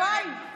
בואי לשדה מוקשים.